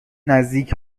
نزدیک